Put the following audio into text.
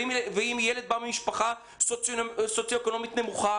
ואם ילד בא ממשפחה במעמד סוציו-אקונומי נמוך?